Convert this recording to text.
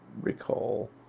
recall